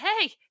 Hey